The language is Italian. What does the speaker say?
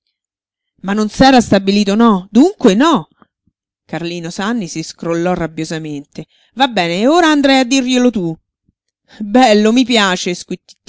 non s'era stabilito no dunque no carlino sanni si scrollò rabbiosamente va bene e ora andrai a dirglielo tu bello mi piace